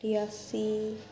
Reasi